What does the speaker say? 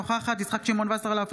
אינה נוכחת יצחק שמעון וסרלאוף,